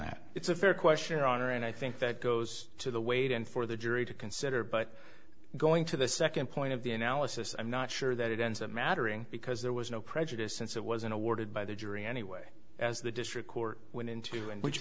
that it's a fair question to honor and i think that goes to the weight and for the jury to consider but going to the second point of the analysis i'm not sure that it ends up mattering because there was no prejudice since it was an awarded by the jury anyway as the district court went into and which